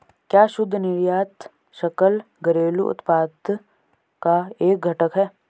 क्या शुद्ध निर्यात सकल घरेलू उत्पाद का एक घटक है?